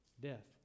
Death